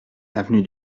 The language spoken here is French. avenue